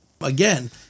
Again